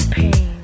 pain